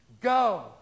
Go